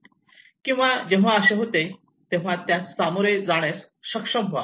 किंवा जेव्हा असे होते तेव्हा त्यास सामोरे जाण्यास सक्षम व्हा